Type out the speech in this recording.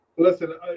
Listen